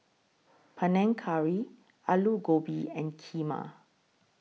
Panang Curry Alu Gobi and Kheema